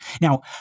now